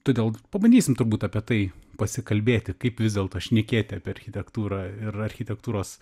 todėl pabandysim turbūt apie tai pasikalbėti kaip vis dėlto šnekėti apie architektūrą ir architektūros